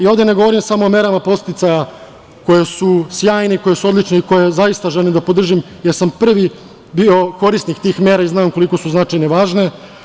Ovde ne govorim samo o merama podsticaja koje su sjajne, koje su odlične i koje zaista želim da podržim, jer sam prvi bio korisnik tih mera i znam koliko su značajne i važne.